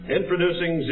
Introducing